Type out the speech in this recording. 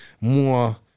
more